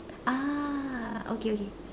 ah okay okay